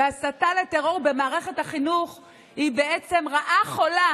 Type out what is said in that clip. והסתה לטרור במערכת החינוך היא בעצם רעה חולה